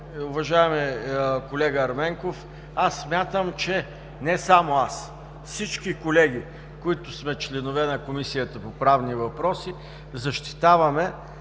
Уважаеми колега Ерменков, аз смятам, че не само аз, всички колеги, които сме членове на Комисията по правни въпроси, защитаваме